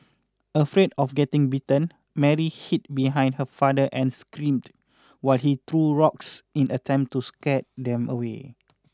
afraid of getting bitten Mary hid behind her father and screamed while he threw rocks in an attempt to scare them away